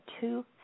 two